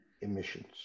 emissions